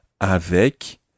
avec